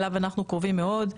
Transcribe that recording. אליו אנחנו קרובים מאוד,